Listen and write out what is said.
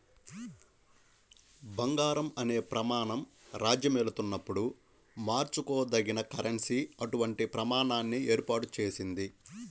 బంగారం అనే ప్రమాణం రాజ్యమేలుతున్నప్పుడు మార్చుకోదగిన కరెన్సీ అటువంటి ప్రమాణాన్ని ఏర్పాటు చేసింది